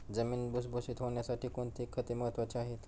जमीन भुसभुशीत होण्यासाठी कोणती खते महत्वाची आहेत?